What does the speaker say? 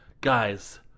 guys